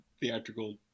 theatrical